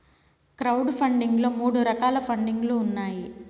crowd funding లో మూడు రకాల పండింగ్ లు ఉన్నాయి